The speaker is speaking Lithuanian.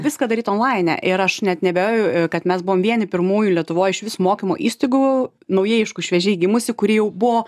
viską daryt onlaine ir aš net neabejoju kad mes buvom vieni pirmųjų lietuvoj išvis mokymo įstaigų naujai aišku šviežiai gimusi kuri jau buvo